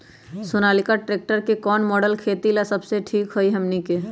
Sonalika tractor के कौन model खेती ला सबसे ठीक होई हमने की?